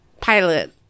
pilot